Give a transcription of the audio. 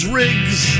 rigs